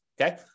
okay